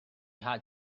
had